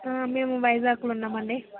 మేము వైజాగ్లో ఉన్నాము అండి